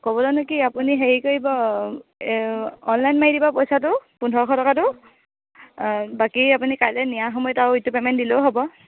ক'বলৈনো কি আপুনি হেৰি কৰিব এই অনলাইন মাৰি দিব পইচাটো পোন্ধৰশ টকাটো বাকী আপুনি কাইলৈ নিয়া সময় আৰু ইটো পে'মেণ্ট দিলেও হ'ব